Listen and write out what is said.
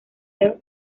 earl